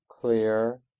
clear